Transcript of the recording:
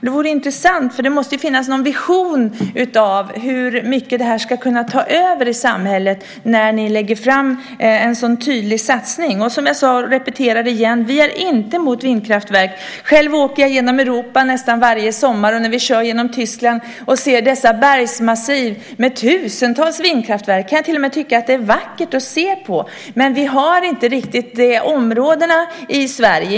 Det vore intressant att höra, för det måste väl finnas någon slags vision om hur mycket den kan ta över i samhället eftersom ni föreslår en så tydlig satsning. Som jag sade tidigare, och jag repeterar: Vi är inte emot vindkraftverk. Själv åker jag nästa varje sommar genom Europa, och när vi kör genom Tyskland och ser bergsmassiven med tusentals vindkraftverk kan jag till och med tycka att det är vackert att se på. Vi har dock inte riktigt sådana områden i Sverige.